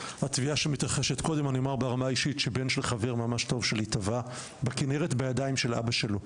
אני אומר ברמה האישית שבן של חבר טוב שלי טבע בכינרת בידיים של אבא שלו.